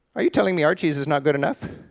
are you telling me our cheese is not good enough?